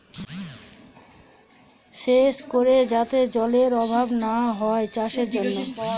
সেচ করে যাতে জলেরর অভাব না হয় চাষের জন্য